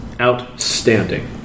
Outstanding